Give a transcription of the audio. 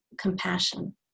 compassion